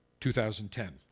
2010